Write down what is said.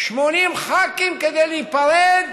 80 ח"כים כדי להיפרד